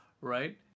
right